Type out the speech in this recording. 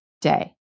day